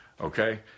Okay